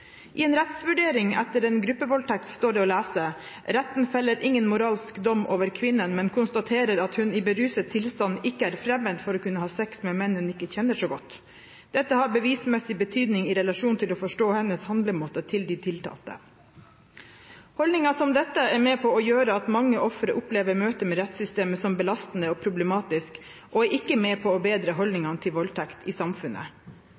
I en rettsvurdering etter en gruppevoldtekt står det å lese: «Retten feller ingen moralsk dom over kvinnen, men konstaterer at hun i beruset tilstand ikke er fremmed for å kunne ha sex med menn hun ikke kjenner så godt. Dette har bevismessig betydning i relasjon til å forstå hennes handlemåte i forhold til de tiltalte.» Holdninger som dette er med på å gjøre at mange ofre opplever møtet med rettssystemet som belastende og problematisk, og er ikke med på å bedre holdningene til voldtekt i samfunnet.